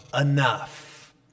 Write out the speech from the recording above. enough